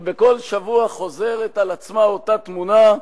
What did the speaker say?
ובכל שבוע חוזרת על עצמה אותה תמונה,